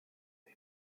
wir